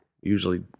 usually